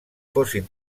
fossin